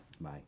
Bye